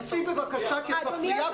תצאי בבקשה כי את מפריעה בלי הפסק.